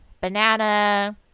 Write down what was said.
banana